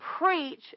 preach